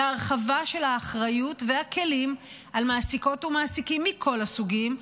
וההרחבה של האחריות והכלים על מעסיקות ומעסיקים מכל הסוגים,